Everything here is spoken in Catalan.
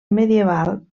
medieval